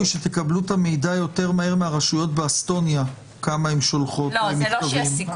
שתקבלו את המידע יותר מהר מהרשויות באסטוניה כמה הן שולחות מכתבים.